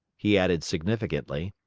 he added significantly,